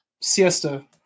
Siesta